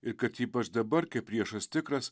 ir kad ypač dabar kai priešas tikras